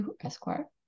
esquire